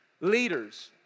leaders